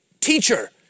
Teacher